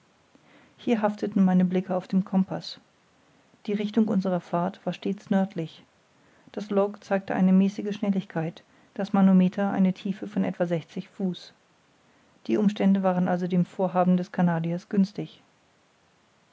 hier hafteten meine blicke auf dem compaß die richtung unserer fahrt war stets nördlich das log zeigte eine mäßige schnelligkeit das manometer eine tiefe von etwa sechzig fuß die umstände waren also dem vorhaben des canadiers günstig